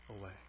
away